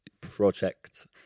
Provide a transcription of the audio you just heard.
project